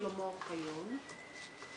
שלמה אוחיון ואביגיל.